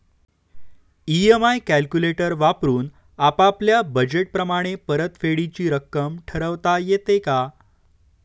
EMI calculator वापरून आपापल्या budget प्रमाणे परतफेडीची रक्कम ठरवता येते का?